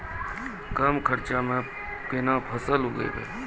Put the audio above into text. कम खर्चा म केना फसल उगैबै?